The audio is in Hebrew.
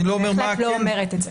אני בהחלט לא אומרת את זה.